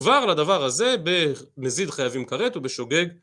לדבר הזה, במזיד חייבים כרת, ובשוגג